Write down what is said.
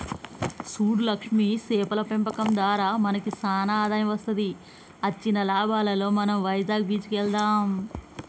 సూడు లక్ష్మి సేపల పెంపకం దారా మనకి సానా ఆదాయం వస్తది అచ్చిన లాభాలలో మనం వైజాగ్ బీచ్ కి వెళ్దాం